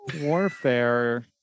warfare